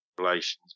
relations